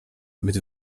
mit